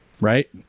right